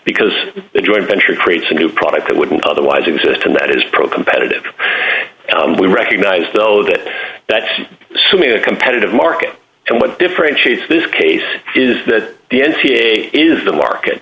because the joint venture creates a new product that wouldn't otherwise exist and that is pro competitive we recognize though that that's assuming a competitive market and what differentiates this case is that the n c a a is the market